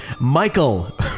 Michael